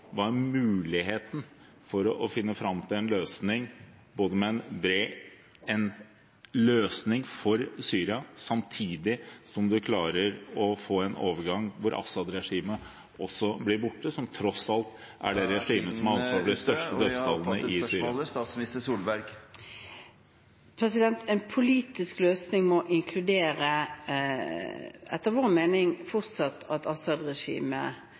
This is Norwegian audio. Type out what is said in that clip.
muligheten for å finne fram til en løsning for Syria samtidig som man klarer å få en overgang hvor Assad-regimet også blir borte? Det er tross alt det regimet som har ansvaret for de største dødstallene i Syria. En politisk løsning må etter vår mening fortsatt inkludere at